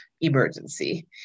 emergency